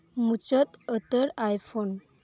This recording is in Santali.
ᱢᱩᱪᱟᱹᱫ ᱩᱛᱟᱹᱨ ᱟᱭᱯᱷᱳᱱ